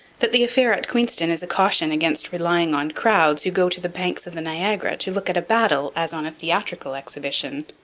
that the affair at queenston is a caution against relying on crowds who go to the banks of the niagara to look at a battle as on a theatrical exhibition